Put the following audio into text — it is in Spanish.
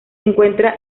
encuentra